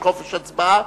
יש חופש הצבעה.